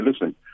listen